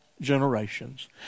generations